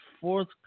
fourth